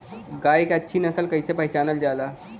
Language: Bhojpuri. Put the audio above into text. गाय के अच्छी नस्ल कइसे पहचानल जाला?